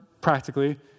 practically